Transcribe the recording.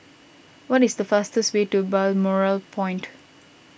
what is the fastest way to Balmoral Point